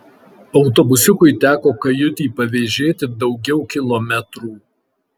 autobusiukui teko kajutį pavėžėti daugiau kilometrų